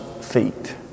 feet